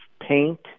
paint